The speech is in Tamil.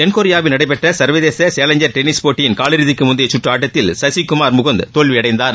தென்கொரியாவில் நடைபெற்ற சர்வதேச சேலஞ்சர் டென்னிஸ போட்டியின் காலிறுதிக்கு முந்தைய சுற்று ஆட்டத்தில் சசிகுமார் முகுந்த் தோல்வியடைந்தார்